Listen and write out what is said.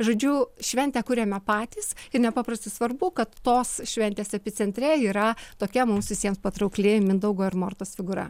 žodžiu šventę kuriame patys ir nepaprastai svarbu kad tos šventės epicentre yra tokia mums visiems patraukli mindaugo ir mortos figūra